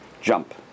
jump